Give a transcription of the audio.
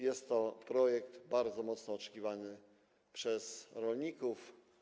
Jest to projekt bardzo oczekiwany przez rolników.